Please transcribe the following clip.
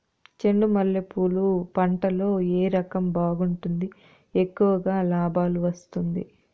చెండు మల్లె పూలు పంట లో ఏ రకం బాగుంటుంది, ఎక్కువగా లాభాలు వస్తుంది?